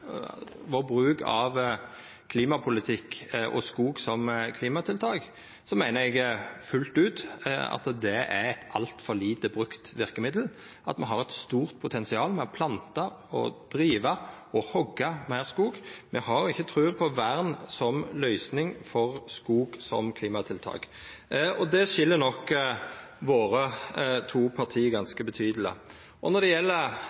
vår bruk av klimapolitikk og skog som klimatiltak, meiner eg fullt ut at det er eit altfor lite brukt verkemiddel, og at me har eit stort potensial for å planta, driva og hogga meir skog. Me har ikkje tru på vern som løysing for skog som klimatiltak. Dette skil nok våre to parti ganske betydeleg frå kvarandre. Når det gjeld